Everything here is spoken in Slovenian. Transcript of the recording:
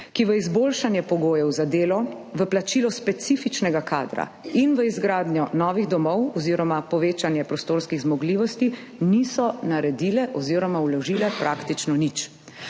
ki v izboljšanje pogojev za delo, v plačilo specifičnega kadra in v izgradnjo novih domov oziroma povečanje prostorskih zmogljivosti niso vložile praktično nič.